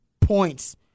points